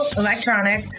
electronic